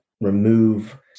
remove